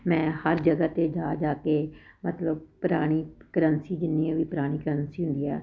ਮੈਂ ਹਰ ਜਗ੍ਹਾ 'ਤੇ ਜਾ ਜਾ ਕੇ ਮਤਲਬ ਪੁਰਾਣੀ ਕਰੰਸੀ ਜਿੰਨੀਆਂ ਵੀ ਪੁਰਾਣੀ ਕਰੰਸੀ ਹੁੰਦੀ ਆ